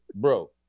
Bro